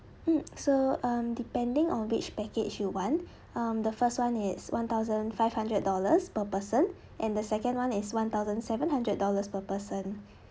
mm so um depending on which package you want um the first one is one thousand five hundred dollars per person and the second one is one thousand seven hundred dollars per person